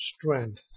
strength